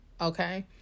okay